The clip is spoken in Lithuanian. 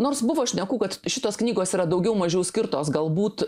nors buvo šnekų kad šitos knygos yra daugiau mažiau skirtos galbūt